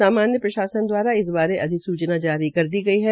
सामान्य प्रशासन द्वारा इस बारे अधिसूचना जारी कर दी गई है